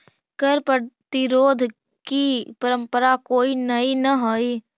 कर प्रतिरोध की परंपरा कोई नई न हई